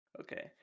Okay